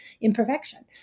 imperfection